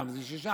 פעם זה שישה,